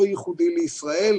כך שזה לא ייחודי לישראל,